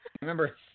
remember